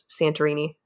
Santorini